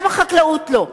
למה חקלאות לא?